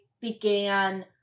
began